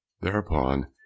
Thereupon